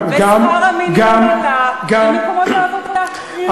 ושכר המינימום עלה ומקומות העבודה לא נסגרו.